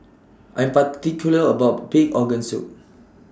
I particular about Pig Organ Soup